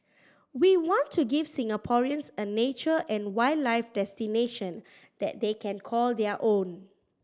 we want to give Singaporeans a nature and wildlife destination that they can call their own